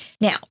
Now